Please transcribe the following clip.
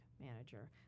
manager